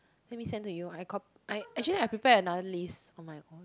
let me send to you I cop~ I I actually I prepare another list on my own